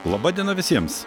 laba diena visiems